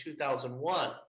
2001